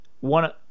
One